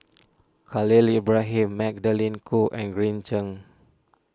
Khalil Ibrahim Magdalene Khoo and Green Zeng